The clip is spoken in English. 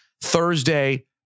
Thursday